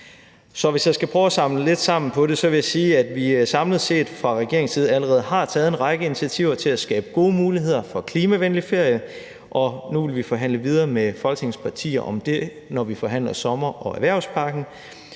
Så hvis jeg skal prøve at samle lidt sammen på det, vil jeg sige, at vi samlet set fra regeringens side allerede har taget en række initiativer til at skabe gode muligheder for at holde klimavenlig ferie. Nu vil vi forhandle videre med Folketingets partier om det, når vi forhandler sommer- og erhvervspakken.